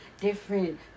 different